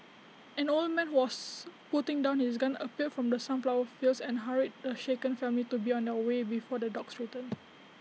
an old man who was putting down his gun appeared from the sunflower fields and hurried the shaken family to be on their way before the dogs return